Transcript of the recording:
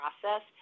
process